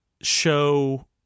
show